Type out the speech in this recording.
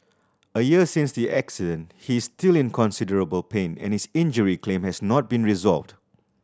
a year since the accident he is still in considerable pain and his injury claim has not been resolved